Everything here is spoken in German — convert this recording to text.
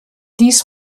dies